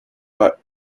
but